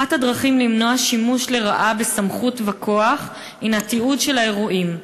אחת הדרכים למנוע שימוש לרעה בסמכות וכוח היא תיעוד של האירועים.